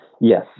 Yes